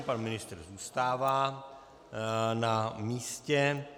Pan ministr zůstává na místě.